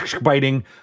biting